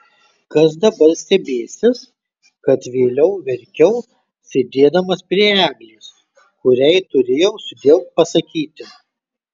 kas dabar stebėsis kad vėliau verkiau sėdėdamas prie eglės kuriai turėjau sudiev pasakyti